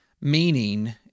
Meaning